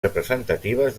representatives